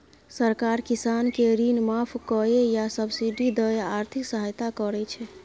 सरकार किसान केँ ऋण माफ कए या सब्सिडी दए आर्थिक सहायता करै छै